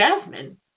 Jasmine